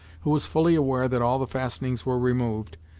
who was fully aware that all the fastenings were removed,